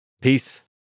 Peace